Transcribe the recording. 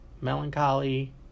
melancholy